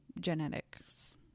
genetics